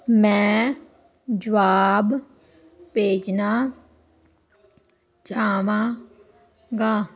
ਮੈਂ ਜਵਾਬ ਭੇਜਣਾ ਚਾਹਾਂਗਾ